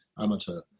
amateur